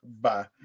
Bye